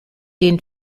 den